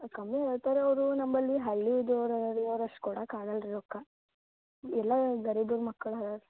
ಕಮ್ಮಿ ಹೇಳ್ತಾರೆ ಅವರು ನಂಬಲ್ಲಿ ಹಳ್ಳಿ ಇದು ಊರ ರೀ ಅವ್ರು ಅಷ್ಟು ಕೊಡಾಕೆ ಆಗಲ್ಲ ರೀ ರೊಕ್ಕ ಎಲ್ಲ ಗರೀಬರ ಮಕ್ಕಳು ಹಾಂ